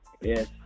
Yes